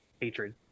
hatred